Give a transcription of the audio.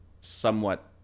somewhat